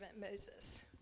Moses